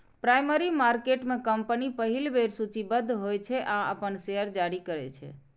primary market में company पहिल बेर सूचीबद्ध होइ छै आ अपन शेयर जारी करै छै